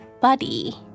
Buddy